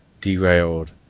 Derailed